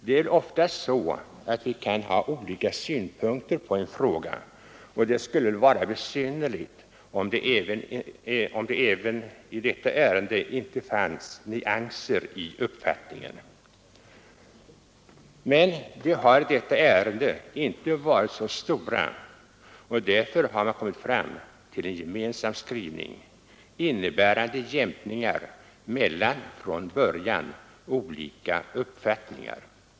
Det är väl ofta så att vi kan ha olika synpunkter på en fråga, och det skulle väl vara besynnerligt om det inte i detta ärende fanns nyanser i uppfattningarna. Men de har i detta ärende inte varit så stora, och därför har man kommit fram till en gemensam skrivning, innebärande jämkningar mellan från början olika uppfattningar.